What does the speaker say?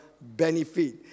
benefit